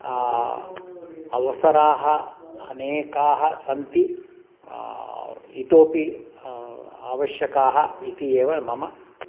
अवसराः अनेकाः सन्ति इतोपि आवश्यकाः इति एव मम